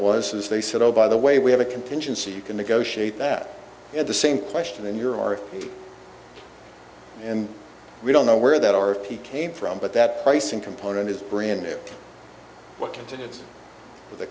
was they said oh by the way we have a contingency you can negotiate that at the same question in your aura and we don't know where that are he came from but that pricing component is brand new what ca